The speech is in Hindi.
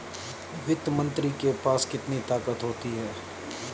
वित्त मंत्री के पास कितनी ताकत होती है?